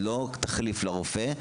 לא כתחליף לרופא.